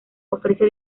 ofrece